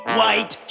white